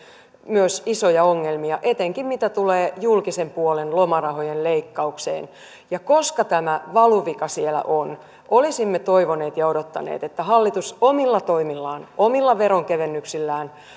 myös isoja ongelmia etenkin mitä tulee julkisen puolen lomarahojen leikkaukseen ja koska tämä valuvika siellä on olisimme toivoneet ja odottaneet että hallitus omilla toimillaan omilla veronkevennyksillään